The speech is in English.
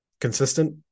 consistent